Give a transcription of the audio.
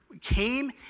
came